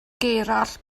gerallt